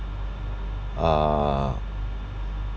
uh